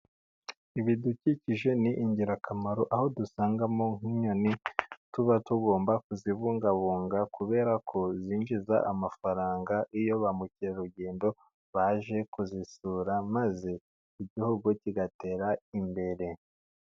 Ibidukikije ni ingirakamaro, aho dusangamo nk'inyoni tuba tugomba kuzibungabunga, kubera ko zinjiza amafaranga iyo ba mukerarugendo baje kuzisura, maze igihugu kigatera imbere.